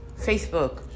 Facebook